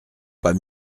pas